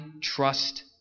trust